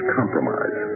compromise